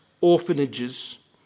orphanages